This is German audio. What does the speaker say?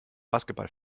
basketball